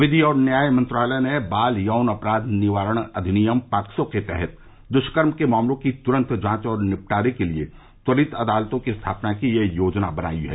विधि और न्याय मंत्रालय ने बाल यौन अपराघ निवारण अधिनियम पॉक्सो के तहत दुष्कर्म के मामलों की तुरन्त जांच और निपटारे के लिए त्वरित अदालतों की स्थापना की यह योजना बनाई है